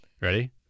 Ready